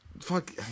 Fuck